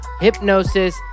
Hypnosis